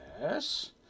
yes